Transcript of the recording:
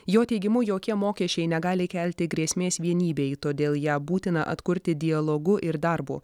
jo teigimu jokie mokesčiai negali kelti grėsmės vienybei todėl ją būtina atkurti dialogu ir darbu